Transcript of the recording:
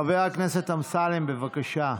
חבר הכנסת אמסלם, בבקשה.